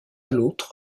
l’autre